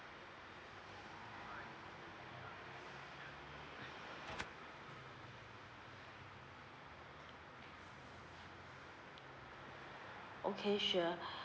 okay sure